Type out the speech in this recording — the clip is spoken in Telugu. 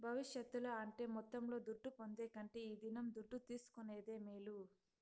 భవిష్యత్తుల అంటే మొత్తంలో దుడ్డు పొందే కంటే ఈ దినం దుడ్డు తీసుకునేదే మేలు